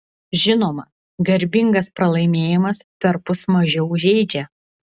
žinoma garbingas pralaimėjimas perpus mažiau žeidžia